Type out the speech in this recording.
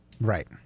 Right